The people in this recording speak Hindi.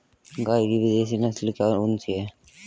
गाय की विदेशी नस्ल कौन सी है?